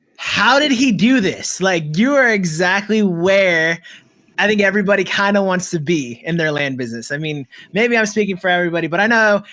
how did he do this? like you're exactly where i think everybody kind of wants to be in their land business. i mean maybe i'm speaking for everybody, but i know,